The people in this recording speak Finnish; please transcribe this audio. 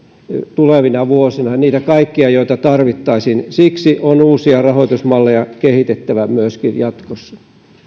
tulevina vuosina niitä kaikkia joita tarvittaisiin siksi on uusia rahoitusmalleja kehitettävä myöskin jatkossa